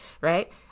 right